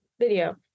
video